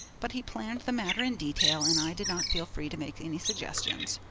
but he planned the matter in detail, and i did not feel free to make any suggestions.